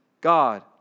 God